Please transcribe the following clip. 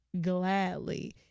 gladly